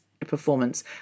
performance